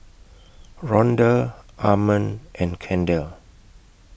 Ronda Armond and Kendell